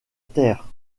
terre